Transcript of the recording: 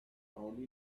found